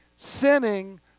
Sinning